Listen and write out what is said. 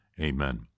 Amen